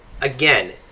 again